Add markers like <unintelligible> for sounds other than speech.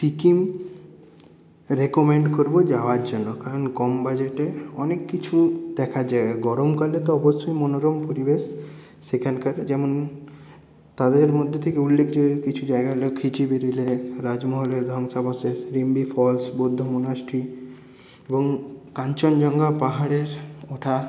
Sikkim recommend করবো যাওয়ার জন্য কারণ কম বাজেটে অনেক কিছু দেখার জায়গা গরমকালে তো অবশ্যই মনোরম পরিবেশ সেখানকার যেমন তাদের মধ্যে থেকে উল্লেখযোগ্য কিছু জায়গা হল খেচিবেড়ি লেক রাজমহলের ধ্বংসাবশেষ <unintelligible> ফলস বৌদ্ধ মনাস্ট্রি এবং কাঞ্চনজঙ্ঘা পাহাড়ের ওঠা